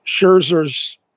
Scherzer's